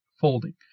folding